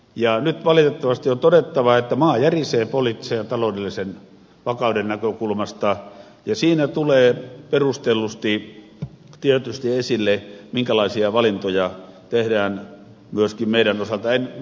ja nyt valitettavasti on todettava että maa järisee poliittisen ja taloudellisen vakauden näkökulmasta ja siinä tulee perustellusti tietysti esille minkälaisia valintoja tehdään myöskin meidän osaltamme